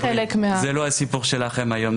זה לא הסיפור שלכם היום,